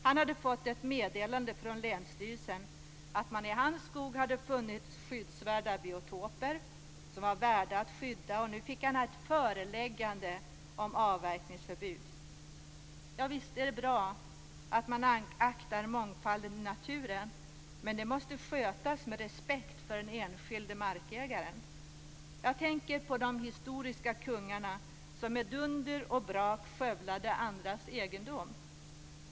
Han hade fått ett meddelande från länsstyrelsen om att man i hans skog hade funnit skyddsvärda biotoper som var värda att skydda. Han fick nu ett föreläggande om avverkningsförbud. Visst är det bra att man aktar mångfalden i naturen, men det måste skötas med respekt för den enskilde markägaren. Jag tänker på de historiska kungarna som med dunder och brak skövlade andras egendom.